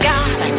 God